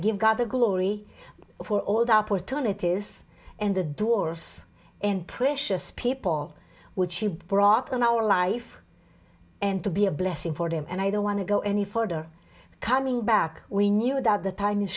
give god the glory for all the opportunities and the doris and precious people which she brought on our life and to be a blessing for them and i don't want to go any further coming back we knew that the ti